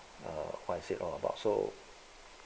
err what is it all about so